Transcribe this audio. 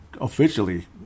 officially